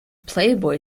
playboy